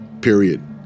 period